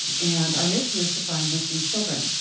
and our mission is to find missing children.